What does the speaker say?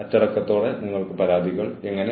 എന്നാൽ ഇത് അവസാനത്തേതിൽ ഒന്നാണ്